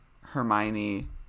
Hermione